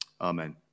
Amen